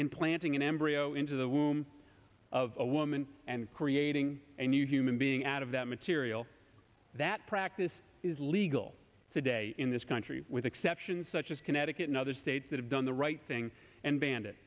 implanting an embryo into the womb of a woman and creating a new human being out of that material that practice is legal today in this country with exceptions such as connecticut and other states that have done the right thing and banned it